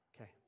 Okay